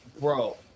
bro